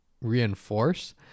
reinforce